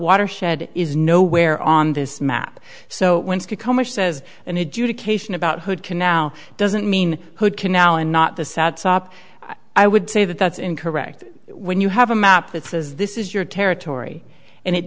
watershed is nowhere on this map so much says an education about what can now doesn't mean hood canal and not the sat sop i would say that that's incorrect when you have a map that says this is your territory and it